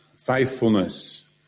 faithfulness